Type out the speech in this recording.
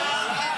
הצבעה.